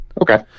Okay